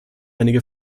einige